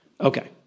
Okay